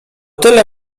tyle